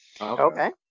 Okay